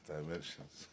Dimensions